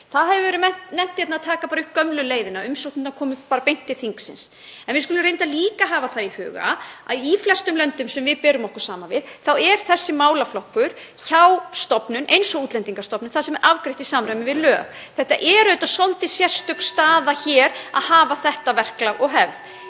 Það hefur verið nefnt hérna að taka bara upp gömlu leiðina, umsóknirnar komi bara beint til þingsins. En við skulum reyndar líka hafa það í huga að í flestum löndum sem við berum okkur saman við er þessi málaflokkur hjá stofnun eins og Útlendingastofnun þar sem þetta er afgreitt í samræmi við lög. Þetta er auðvitað svolítið sérstök staða hér (Forseti hringir.) að hafa þetta verklag og hefð.